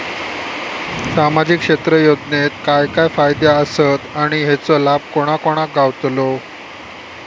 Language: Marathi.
सामजिक क्षेत्र योजनेत काय काय फायदे आसत आणि हेचो लाभ कोणा कोणाक गावतलो?